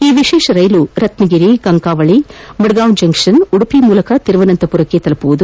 ಈ ವಿಶೇಷ ರೈಲು ರತ್ನಗಿರಿ ಕಂಕವಳಿ ಮಡಗಾಂವ ಜಂಕ್ಷನ್ ಉಡುಪಿ ಮೂಲಕ ತಿರುವನಂತಪುರಕ್ಕೆ ತಲುಪಲಿದೆ